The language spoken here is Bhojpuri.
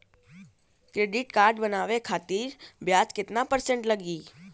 क्रेडिट कार्ड बनवाने खातिर ब्याज कितना परसेंट लगी?